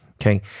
okay